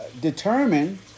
determine